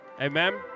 Amen